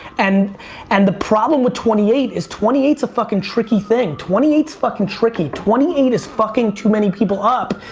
and and the problem with twenty eight is twenty eight s a fuckin' tricky thing. twenty eight is fuckin' tricky. twenty eight is fucking too many people up,